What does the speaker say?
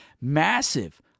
massive